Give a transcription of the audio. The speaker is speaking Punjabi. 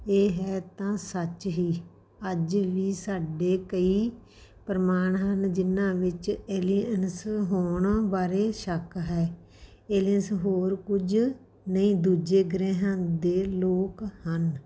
ਇਹ ਹੈ ਤਾਂ ਸੱਚ ਹੀ ਅੱਜ ਵੀ ਸਾਡੇ ਕਈ ਪ੍ਰਮਾਣ ਹਨ ਜਿਨ੍ਹਾਂ ਵਿੱਚ ਐਲੀਅਨਸ ਹੋਣ ਬਾਰੇ ਸ਼ੱਕ ਹੈ ਐਲੀਅਨਸ ਹੋਰ ਕੁਝ ਨਹੀਂ ਦੂਜੇ ਗ੍ਰਹਿਆਂ ਦੇ ਲੋਕ ਹਨ